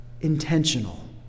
intentional